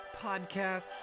podcast